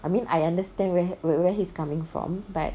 I mean I understand where where he's coming from but